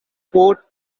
port